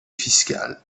fiscales